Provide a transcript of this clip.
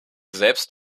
selbst